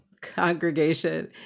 congregation